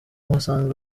uhasanga